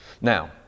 now